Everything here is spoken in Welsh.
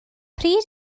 pryd